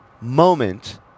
moment